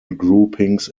groupings